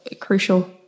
crucial